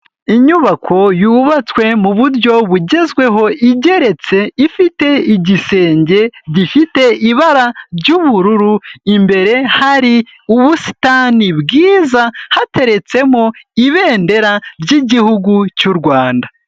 Inyubako yubatswe mu buryo bugezweho, igeretse ifite igisenge gifite ibara ry'ubururu, imbere hari ubusitani bwiza, hateretsemo ibendera ry'igihugu cy'u Rwanda.